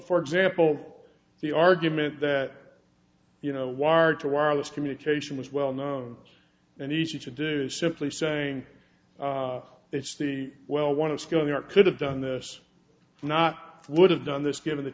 for example the argument that you know wired to wireless communication was well known and easy to do is simply saying it's the well one of scale there could have done this not would have done this given the